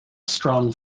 strong